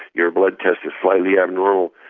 your blood test is slightly abnormal.